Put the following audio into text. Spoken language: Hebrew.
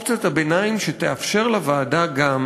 אופציית הביניים שתאפשר לוועדה גם